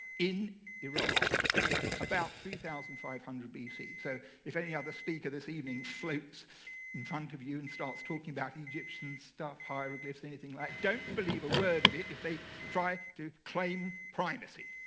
in iraq about three thousand five hundred bc. so if any other speaker this evening floats in front of you and starts talking about egyptian stuff, hieroglyphs, anything like, don't believe a word of it if they try to claim primacy.